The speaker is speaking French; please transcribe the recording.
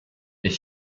est